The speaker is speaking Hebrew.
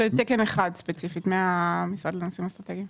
זה ספציפית תקן אחד מהמשרד לנושאים אסטרטגיים.